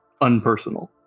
unpersonal